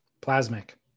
Plasmic